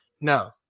No